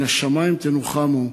מן השמים תנוחמו,